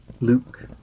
Luke